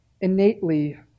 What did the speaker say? Innately